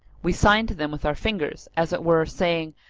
we signed to them, with our fingers, as it were saying,